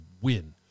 win